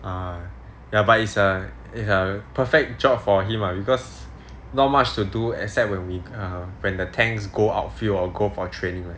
uh ya but is a is a perfect job for him lah because not much to do except when we err when the tanks go outfield or go for training right